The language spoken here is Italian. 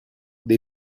dei